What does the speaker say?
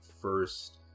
first